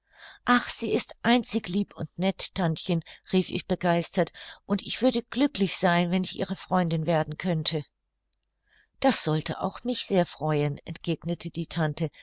ach sie ist einzig lieb und nett tantchen rief ich begeistert und ich würde glücklich sein wenn ich ihre freundin werden könnte das sollte auch mich sehr freuen entgegnete die tante